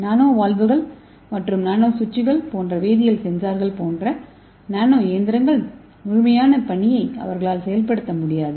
நானோ வால்வுகள் மற்றும் நானோ சுவிட்சுகள் போன்ற வேதியியல் சென்சார்கள் போன்ற நானோ இயந்திரங்கள் முழுமையான பணியை அவர்களால் செயல்படுத்த முடியாது